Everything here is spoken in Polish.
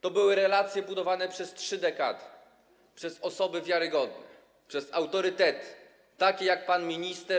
To były relacje budowane przez 3 dekady przez osoby wiarygodne, przez autorytety, takie jak pan minister.